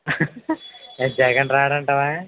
జగన్ రాడు అంటావా